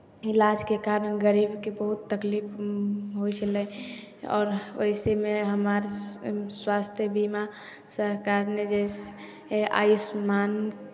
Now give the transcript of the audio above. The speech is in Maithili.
इलाजके कारण गरीबकेँ बहुत तकलीफ होइ छलय आओर वइसेमे हमर स् स्वास्थ्य बीमा सरकार ने जे आयुष्मान